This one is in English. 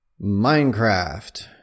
minecraft